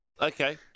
Okay